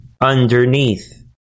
underneath